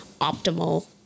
optimal